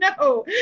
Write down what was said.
No